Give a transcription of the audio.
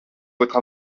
votre